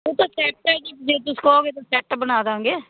ਉਹ ਤਾਂ ਸੈਟ ਹੈ ਜੇ ਤੁਸੀਂ ਕਹੋਗੇ ਤਾਂ ਸੈਟ ਬਣਾ ਦਿਆਂਗੇ